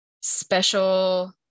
special